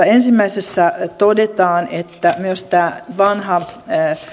ensimmäisessä todetaan että myös tämä vanha